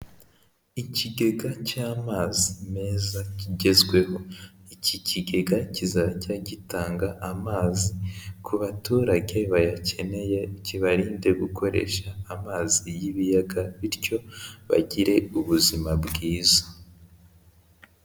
Ikigega cy'amazi meza kigezweho, iki kigega kizajya gitanga amazi ku baturage bayakeneye kibarinde gukoresha amazi y'ibiyaga bityo bagire ubuzima bwiza.